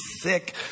sick